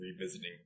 revisiting